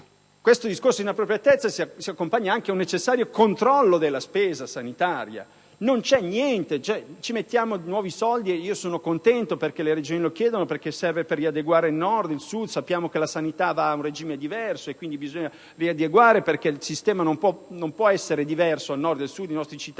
questo discorso di inappropriatezza si accompagna un necessario controllo della spesa sanitaria, ma non c'è niente su questo. Ci mettiamo nuovi soldi e sono contento perché le Regioni lo chiedono, perché serve per riadeguare il Nord e il Sud. Sappiamo che la sanità va a un regime diverso e, quindi, bisogna riadeguarla perché il sistema non può essere diverso al Nord e al Sud: i nostri cittadini